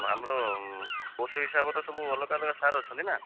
ଆମର କୋର୍ସ୍ ହିସାବରେ ସବୁ ଅଲଗା ଅଲଗା ସାର୍ ଅଛନ୍ତି ନା